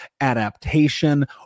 adaptation